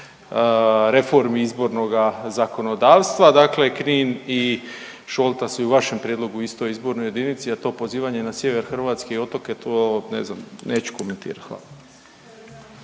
reformi izbornoga zakonodavstva. Dakle, Knin i Šolta su i u vašem prijedlogom u istoj izbornoj jedinici, a to pozivanje na Sjever Hrvatske i otoke, to ne znam, neću komentirat. Hvala.